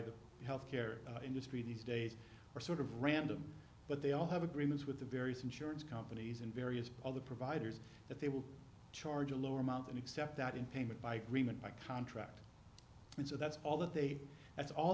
the health care industry these days are sort of random but they all have agreements with the various insurance companies and various other providers that they will charge a lower amount and accept that in payment by cream and by contract and so that's all that they that's all